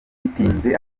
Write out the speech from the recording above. bitinze